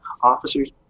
officers